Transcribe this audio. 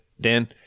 Dan